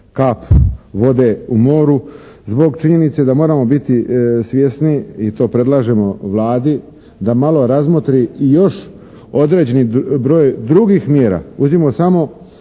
kap vode u moru. Zbog činjenice da moramo biti svjesni i to predlažemo Vladi da malo razmotri i još određeni broj drugih mjera, uzmimo samo